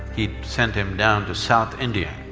he sent him down to south india,